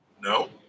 No